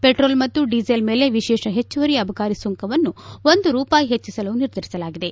petrol ಮತ್ತು diesel ಮೇಲೆ ವಿಶೇಷ ಹೆಚ್ಚುವರಿ ಅಬಕಾರಿ ಸುಂಕವನ್ನು ಒಂದು ರೂಪಾಯಿ ಹೆಚ್ಚಿಸಲು ನಿರ್ಧರಿಸಲಾಗಿದೆ